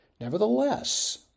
Nevertheless